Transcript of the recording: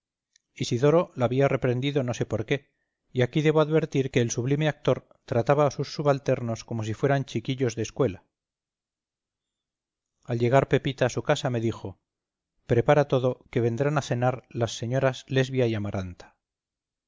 teatro isidoro la había reprendido no sé por qué y aquí debo advertir que el sublime actor trataba a sus subalternos como si fueran chiquillos de escuela al llegar pepita a su casa me dijo prepara todo que vendrán a cenar las señoras lesbia y amaranta